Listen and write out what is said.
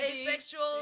asexual